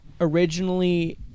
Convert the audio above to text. originally